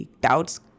doubts